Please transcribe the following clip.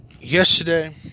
Yesterday